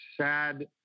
sad